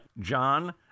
john